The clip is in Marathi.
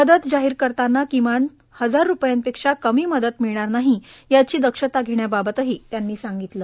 मदत जाहीर करताना किमान हजार रुपयांपेखा कमी मदत मिळणार नाही याची दक्षता घेण्यावावतही त्यांनी सांगितलं